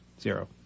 Zero